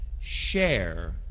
share